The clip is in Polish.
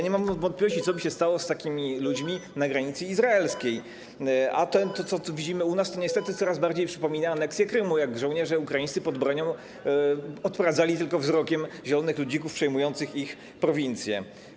Nie mam wątpliwości, co by się stało z takimi ludźmi na granicy izraelskiej, a to, co widzimy u nas, niestety coraz bardziej przypomina aneksję Krymu, jak żołnierze ukraińscy pod bronią tylko odprowadzali wzrokiem zielone ludziki przejmujące ich prowincję.